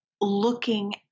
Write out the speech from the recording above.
looking